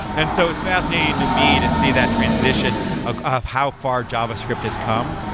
and so it's fascinating to me to see that transition of how far javascript has come,